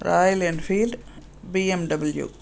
Royal Enfield BMW